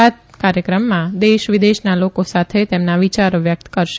બાત કાર્યક્રમમાં દેશ વિદેશના લોકો સાથે તેમના વિયારો વ્યકત કરશે